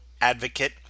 advocate